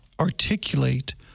articulate